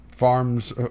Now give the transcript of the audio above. farms